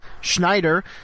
Schneider